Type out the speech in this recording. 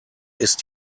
ist